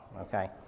okay